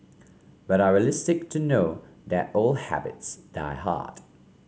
but are realistic to know that old habits die hard